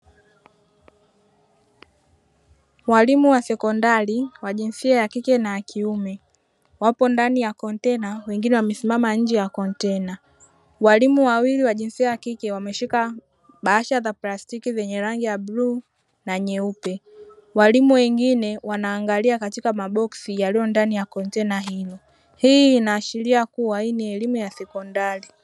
Walimu wa sekondari wa jinsia ya kike na ya kiume, wapo ndani ya kontena na wengine wamesimama nje ya kontena, walimu wawili wa jinsia ya kike wameshika bahasha za plastiki zenye rangi ya bluu na nyeupe, walimu wengine wanaangalia katika maboksi yaliyo ndani ya kontena hilo, hii inaashiria kuwa hii ni elimu ya sekondari.